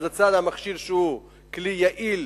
אז אם לצד המכשיר שהוא כלי יעיל